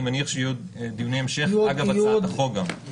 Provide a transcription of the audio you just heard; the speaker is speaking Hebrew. מניח שיהיו דיוני המשך אגב הצעת החוק גם.